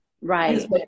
Right